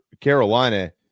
carolina